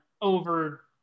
over